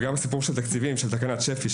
גם הסיפור של התקציבים של תקנת שפ"י,